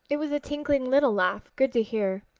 it was a tinkling little laugh, good to hear.